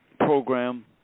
Program